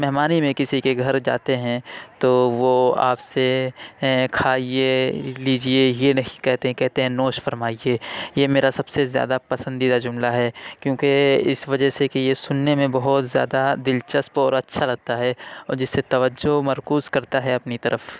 مہمانی میں کسی کے گھر جاتے ہیں تو وہ آپ سے کھائیے لیجیے یہ نہیں کہتے ہیں کہتے ہیں نوش فرمائیے یہ میرا سب سے زیادہ پسندیدہ جملہ ہے کیونکہ اس وجہ سے کہ یہ سننے میں بہت زیادہ دلچسپ اور اچھا لگتا ہے اور جس سے توجہ مرکوز کرتا ہے اپنی طرف